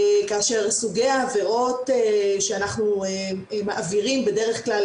כאשר סוגי העבירות שאנחנו מעבירים בדרך כלל